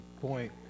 point